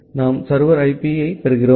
நாம் server IP பெறுகிறோம்